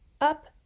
Up